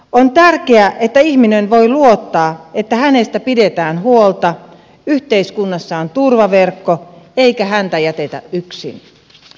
on tärkeää että ihminen voi luottaa siihen että hänestä pidetään huolta yhteiskunnassa on turvaverkko eikä häntä jätetä yksin